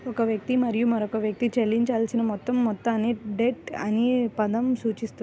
ఒక వ్యక్తి మరియు మరొక వ్యక్తికి చెల్లించాల్సిన మొత్తం మొత్తాన్ని డెట్ అనే పదం సూచిస్తుంది